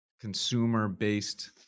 consumer-based